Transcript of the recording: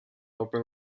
open